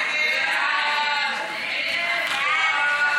סעיף 2, כהצעת הוועדה,